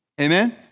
Amen